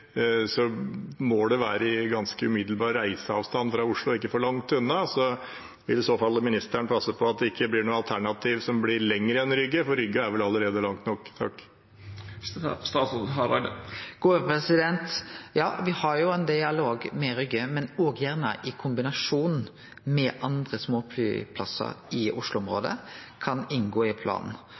være i ganske umiddelbar reiseavstand fra Oslo og ikke for langt unna. Vil ministeren i så fall passe på at det ikke blir et alternativ som blir lenger unna enn Rygge, for Rygge er vel allerede langt nok? Ja, me har jo ein dialog med Rygge, men gjerne i kombinasjon med andre småflyplassar i Oslo-området som kan inngå i